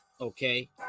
okay